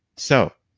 so